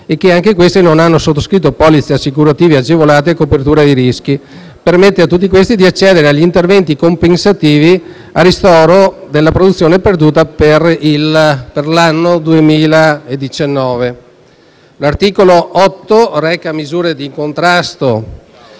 e che non hanno sottoscritto polizze assicurative agevolate a copertura dei rischi, di accedere agli interventi compensativi a ristoro della produzione perduta per il 2019. L'articolo 8 reca misure di contrasto